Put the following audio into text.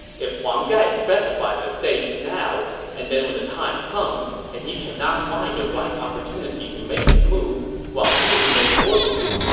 if huang gai specifies a date now, and then when the time comes and he can't find the right opportunity to make his move while you make your move,